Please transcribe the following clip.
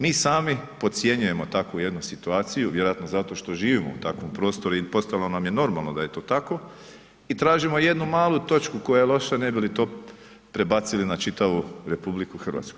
Mi sami podcjenjujemo takvu jednu situaciju, vjerojatno zato što živimo u takvom prostoru i postalo nam je normalno da je to tako i tražimo jednu malu točku koja je loša, ne bi li to prebacili na čitavu RH.